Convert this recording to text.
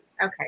Okay